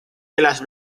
telas